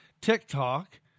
TikTok